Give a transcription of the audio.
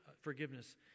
forgiveness